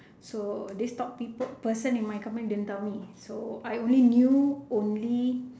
so this top people person in my company didn't tell me so I only knew only